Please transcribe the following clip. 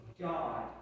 God